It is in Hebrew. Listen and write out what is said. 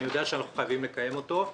אני יודע שאנחנו חייבים לקיים אותו,